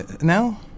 now